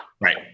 Right